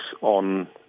on